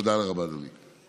תודה רבה, אדוני.